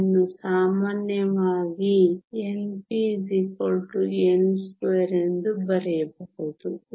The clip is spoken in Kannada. ಇದನ್ನು ಸಾಮಾನ್ಯವಾಗಿ n p n2 ಎಂದು ಬರೆಯಬಹುದು